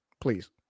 please